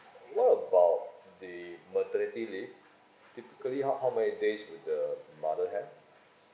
what about the maternity leave typically how how many days will the mother have